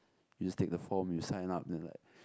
you just take the form you sign up then like